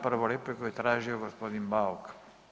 Prvu repliku je tražio gospodin Bauk.